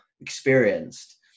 experienced